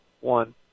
One